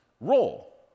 role